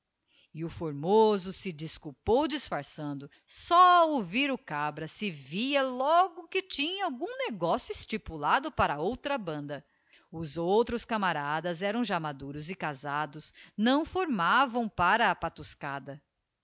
o formoso se desculpou disfarçando só ouvir o cabra se via logo que tinha algum negocio estipulado para outra banda os outros camaradas eram já maduros e casados não formavam para a patuscada